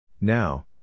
Now